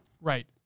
Right